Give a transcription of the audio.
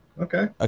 okay